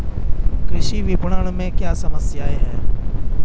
कृषि विपणन में क्या समस्याएँ हैं?